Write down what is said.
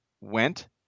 went